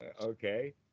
Okay